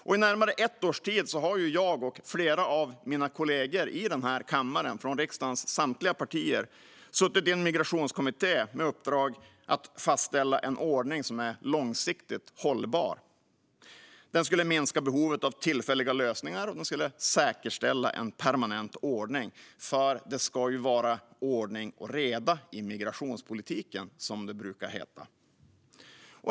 I närmare ett års tid har därför jag och flera av mina kollegor i den här kammaren, från riksdagens samtliga partier, suttit i en migrationskommitté med uppdrag att fastställa en ordning som är långsiktigt hållbar. Den skulle minska behovet av tillfälliga lösningar och säkerställa en permanent ordning. Det ska ju vara ordning och reda i migrationspolitiken, som det brukar heta.